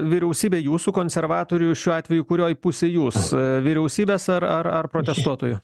vyriausybė jūsų konservatorių šiuo atveju kurioj pusėj jūs vyriausybės ar ar ar protestuotojų